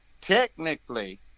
Technically